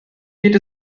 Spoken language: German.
geht